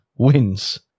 wins